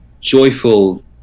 joyful